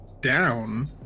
down